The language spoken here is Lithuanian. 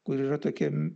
kur yra tokie